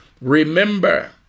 Remember